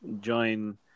Join